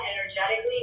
energetically